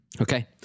Okay